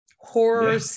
horror